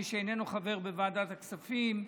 למי שאיננו חבר בוועדת הכספים,